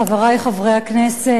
חברי חברי הכנסת,